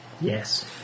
Yes